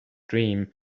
dream